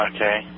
Okay